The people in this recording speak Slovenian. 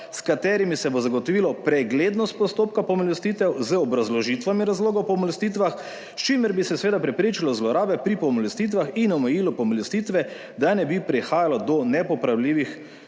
s katerimi se bo zagotovila preglednost postopka pomilostitev z obrazložitvami razlogov o pomilostitvah, s čimer bi se seveda preprečilo zlorabe pri pomilostitvah in omejilo pomilostitve, da ne bi prihajalo do nepopravljivih